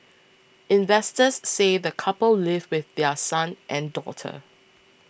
investors say the couple live with their son and daughter